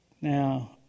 now